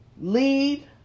Lead